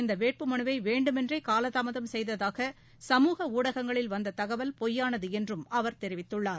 இந்த வேட்புமலுவை வேண்டுமென்றே காலதாமதம் செய்ததாக தேர்தல் சமூக ஊடகங்களில் வந்த தகவல் பொய்யானது என்றும் அவர் தெரிவித்துள்ளார்